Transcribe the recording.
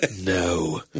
no